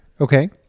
Okay